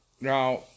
now